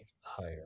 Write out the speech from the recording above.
higher